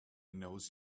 knows